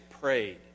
prayed